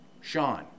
Sean